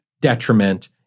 detriment